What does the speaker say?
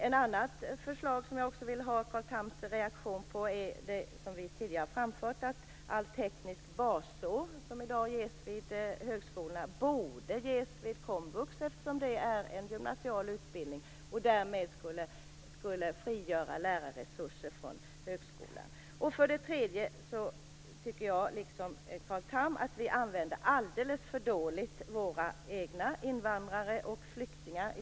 Ett annat förslag som vi tidigare har framfört och som jag också vill ha Carl Thams reaktion på är att tekniskt basår som i dag ges vid högskolorna borde ges vid komvux eftersom det är en gymnasial utbildning. Därmed skulle lärarresurser frigöras från högskolan. För det tredje tycker jag liksom Carl Tham att vi använder våra egna invandrare och flyktingar alldeles för litet.